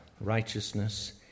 righteousness